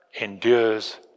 endures